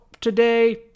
today